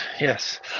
yes